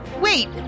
Wait